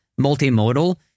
multimodal